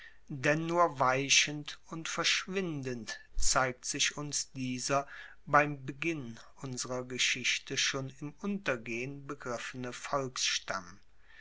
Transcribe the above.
denn nur weichend und verschwindend zeigt sich uns dieser beim beginn unserer geschichte schon im untergehen begriffene volksstamm